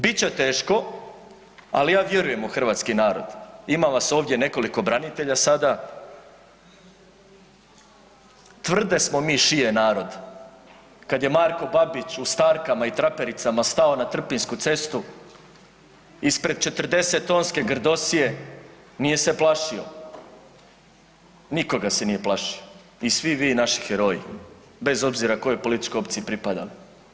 Bit će teško ali ja vjerujem u hrvatski narod, ima vas ovdje nekoliko branitelja sada, tvrde smo mi šije narod, kad je Marko Babić u starkama i trapericama stao na Trpinjsku cestu ispred 40 tonske grdosije nije se plašio, nikoga se nije plašio i svi vi naši heroji bez obzira kojoj političkoj opciji pripadali.